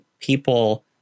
people